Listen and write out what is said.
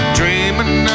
dreaming